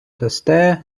дасте